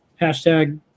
hashtag